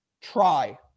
try